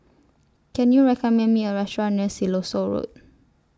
Can YOU recommend Me A Restaurant near Siloso Road